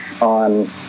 on